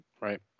Right